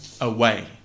away